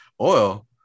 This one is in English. oil